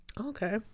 Okay